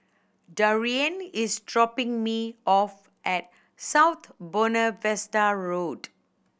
Darian is dropping me off at South Buona Vista Road